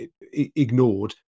ignored